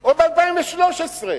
או ב-2013,